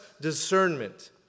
discernment